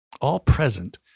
all-present